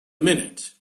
minute